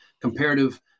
comparative